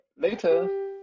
later